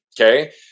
Okay